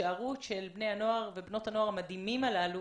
ההישארות של בני ובנות הנוער המדהימים הללו.